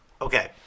Okay